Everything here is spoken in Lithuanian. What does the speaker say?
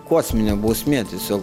kosminė bausmė tiesiog